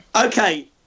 Okay